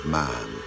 man